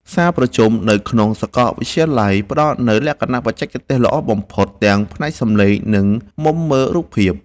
សាលប្រជុំនៅក្នុងសាកលវិទ្យាល័យ ផ្ដល់នូវលក្ខណៈបច្ចេកទេសល្អបំផុតទាំងផ្នែកសំឡេង និងមុំមើលរូបភាព។